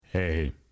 Hey